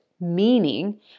meaning